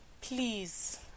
Please